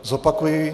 Zopakuji.